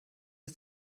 ist